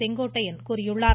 செங்கோட்டையன் தெரிவித்துள்ளார்